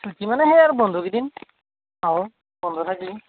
চুটি মানে সেই আৰু বন্ধ গিদিন পাওঁ বন্ধ থাকিলে